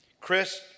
Chris